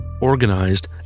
organized